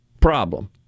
problem